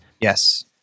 Yes